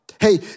Hey